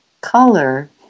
color